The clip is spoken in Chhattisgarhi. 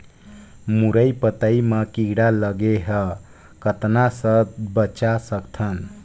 मुरई पतई म कीड़ा लगे ह कतना स बचा सकथन?